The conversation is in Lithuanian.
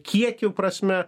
kiekių prasme